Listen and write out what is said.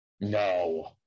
No